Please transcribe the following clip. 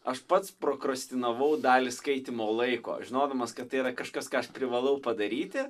aš pats prokrastinavau dalį skaitymo laiko žinodamas kad tai yra kažkas ką aš privalau padaryti